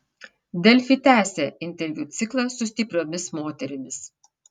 delfi tęsia interviu ciklą su stipriomis moterimis